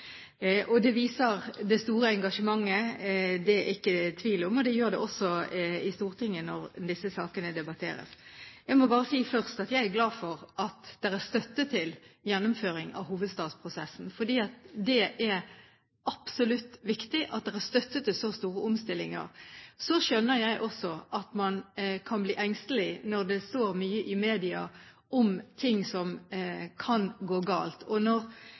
Det viser det store engasjementet – det er det ikke tvil om – og det vises også i Stortinget når disse sakene debatteres. Jeg må bare først si at jeg er glad for at det er støtte til gjennomføring av hovedstadsprosessen, for det er absolutt viktig at det er støtte til så store omstillinger. Så skjønner jeg også at man kan bli engstelig når det står mye i media om ting som kan gå galt.